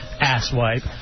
asswipe